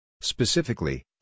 Specifically